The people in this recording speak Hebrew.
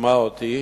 וישמע אותי,